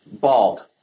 bald